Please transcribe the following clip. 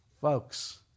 Folks